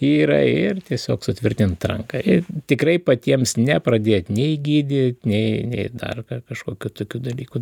yra ir tiesiog sutvirtint ranką ir tikrai patiems nepradėt nei gydyt nei dar kažkokių tokių dalykų